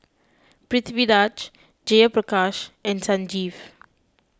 Pritiviraj Jayaprakash and Sanjeev